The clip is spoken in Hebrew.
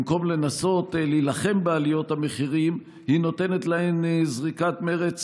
במקום לנסות להילחם בעליות המחירים היא נותנת להן זריקת מרץ